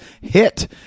hit